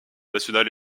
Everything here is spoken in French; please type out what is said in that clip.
nationales